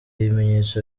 ibimenyetso